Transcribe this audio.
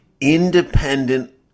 independent